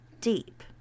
deep